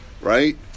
right